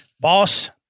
boss